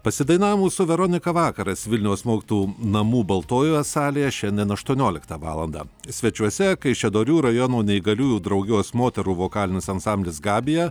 pasidainavimų su veronika vakaras vilniaus mokytojų namų baltojoje salėje šiandien aštuonioliktą valandą svečiuose kaišiadorių rajono neįgaliųjų draugijos moterų vokalinis ansamblis gabija